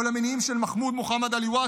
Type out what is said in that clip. או למניעים של מחמוד מוחמד עליוואת,